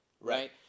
right